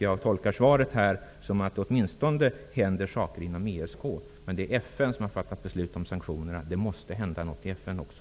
Jag tolkar svaret som att det åtminstone händer saker inom ESK. Men det är FN som har fattat beslut om sanktionerna. Det måste hända något i FN också.